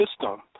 system